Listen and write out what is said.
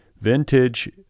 Vintage